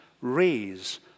raise